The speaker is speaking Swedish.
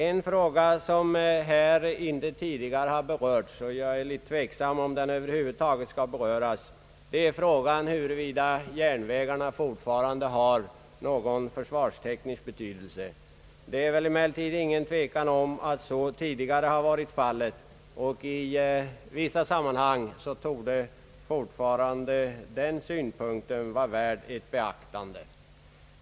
En fråga som tidigare inte har berörts i riksdagen — och jag är litet tveksam om den över huvud taget skall beröras — är huruvida järnvägarna fortfarande har någon försvarsteknisk betydelse. Det är emellertid inget tvivel om att så har varit fallet tidigare, och i vissa sammanhang torde den synpunkten fortfarande vara värd ett beaktande.